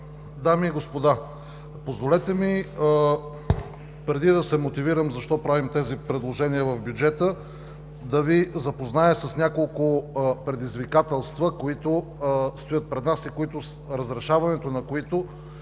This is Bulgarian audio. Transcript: Дами и господа, позволете ми преди да се мотивирам защо правим тези предложения в бюджета да Ви запозная с няколко предизвикателства, които стоят пред нас и разрешаването на които